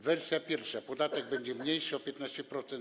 Wersja pierwsza: podatek będzie mniejszy o 15%.